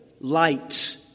light